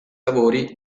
lavori